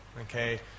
okay